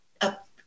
up